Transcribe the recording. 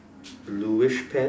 bluish pants